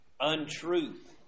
Untruth